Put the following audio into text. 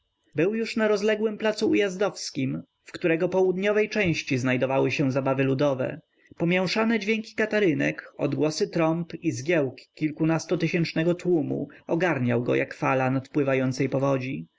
był już na rozległym placu ujazdowskim w którego południowej części znajdowały się zabawy ludowe pomięszane dźwięki katarynek odgłosy trąb i zgiełk kilkunastutysiącznego tłumu ogarniał go jak